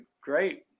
great